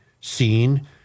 seen